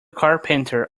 carpenter